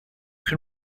can